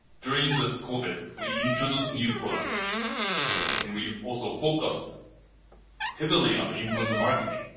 during this covid we introduce new products and we also focused heavily on the influence of marketing.